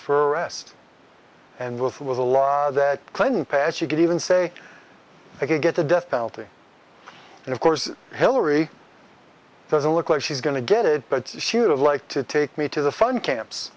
arrest and with with a law that clinton passed you could even say i could get the death penalty and of course hillary doesn't look like she's going to get it but she would have liked to take me to the fun camps